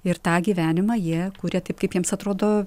ir tą gyvenimą jie kuria taip kaip jiems atrodo